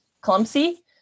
clumsy